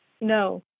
No